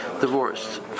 divorced